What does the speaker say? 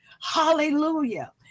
hallelujah